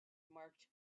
marked